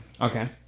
Okay